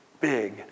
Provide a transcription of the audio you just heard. big